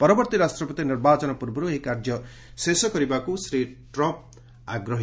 ପରବର୍ତ୍ତୀ ରାଷ୍ଟ୍ରପତି ନିର୍ବାଚନ ପୂର୍ବରୁ ଏହି କାର୍ଯ୍ୟ ଶେଷ କରିବାକୁ ଶ୍ରୀ ଟ୍ରମ୍ପ ଆଗ୍ରହୀ